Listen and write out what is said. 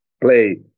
play